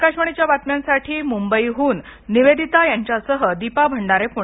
आकाशवाणीच्या बातम्यांसाठी मुंबईहून निवेदिता यांच्यासह दीपा भंडारे पुणे